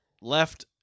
left